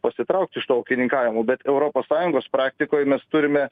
pasitraukt iš to ūkininkavimo bet europos sąjungos praktikoj mes turime